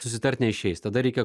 susitart neišeis tada reikia